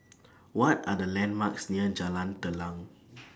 What Are The landmarks near Jalan Telang